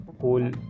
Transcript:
whole